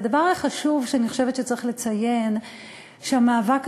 הדבר החשוב שאני חושבת שצריך לציין הוא שהמאבק